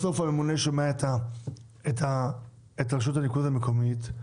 בסוף הממונה שומע את רשות הניקוז המקומית,